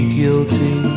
guilty